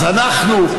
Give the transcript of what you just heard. אז אנחנו,